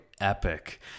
epic